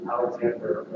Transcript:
Alexander